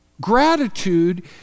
Gratitude